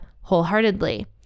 wholeheartedly